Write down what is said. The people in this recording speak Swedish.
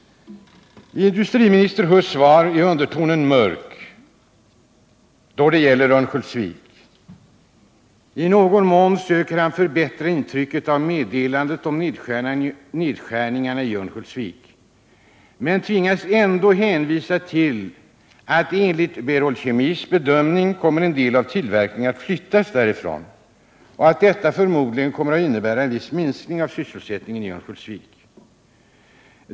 I industriminister Huss svar är undertonen mörk då det gäller Örnsköldsvik. Industriministern söker i någon mån förbättra intrycket av meddelandet om nedskärningarna i Örnsköldsvik, men tvingas ändå hänvisa till Berol Kemis bedömningar att en del av tillverkningen kommer att flyttas därifrån och att detta förmodligen kommer att innebära viss minskning av sysselsättningen i Örnsköldsvik.